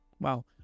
Wow